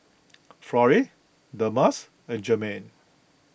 Florrie Delmas and Jermain